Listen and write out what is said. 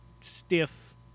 stiff